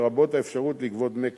לרבות האפשרות לגבות דמי כניסה,